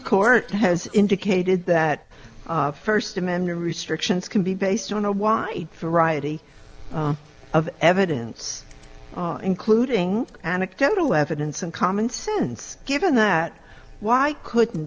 court has indicated that the first amendment restrictions can be based on a wide variety of evidence including anecdotal evidence and commonsense given that why i couldn't